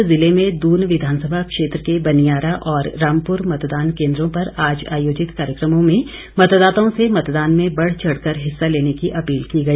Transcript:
सोलन ज़िले में दून विधानसभा क्षेत्र के बनियारा और रामपुर मतदान केन्द्रों पर आज आयोजित कार्यक्रमों में मतदाताओं से मतदान में बढ़चढ़ कर हिस्सा लेने की अपील की गई